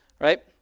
right